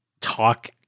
talk